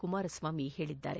ಕುಮಾರ ಸ್ವಾಮಿ ಹೇಳಿದ್ದಾರೆ